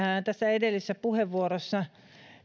edellisessä puheenvuorossa